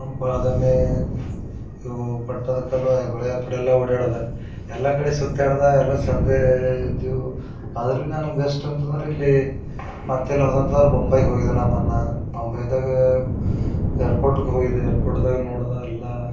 ಬಾದಾಮಿ ಇವು ಪಟ್ಟದಕಲ್ಲು ಐಹೊಳೆ ಆ ಕಡೆ ಎಲ್ಲ ಓಡಾಡಿದೆ ಎಲ್ಲ ಕಡೆ ಸುತ್ತಾಡಿದೆ ಎಲ್ಲ ಚೆಂದ ಇದ್ದವು ಆದರೂ ಭೀ ನಾನು ಬೆಸ್ಟ್ ಅಂತಂದ್ರೆ ಇಲ್ಲಿ ಮತ್ತೆಲ್ಲಿ ಹೋದ ಅಂತಂದ್ರೆ ಬೊಂಬಾಯ್ಗೆ ಹೋಗಿದ್ದೆ ನಾ ಮೊನ್ನೆ ಬೊಂಬೈದಾಗ ಏರ್ಪೋರ್ಟ್ಗೆ ಹೋಗಿದ್ದೆ ಏರ್ಪೋರ್ಟ್ದಾಗ ನೋಡಿದ ಎಲ್ಲ